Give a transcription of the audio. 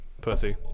pussy